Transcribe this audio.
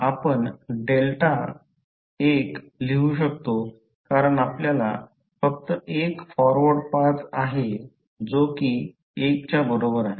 आपण डेल्टा 1 लिहू शकतो कारण आपल्याकडे फक्त एक फॉरवर्ड पाथ आहे जो कि 1 च्या बरोबर आहे